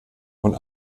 und